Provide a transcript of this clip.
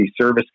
service